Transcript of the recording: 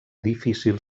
difícil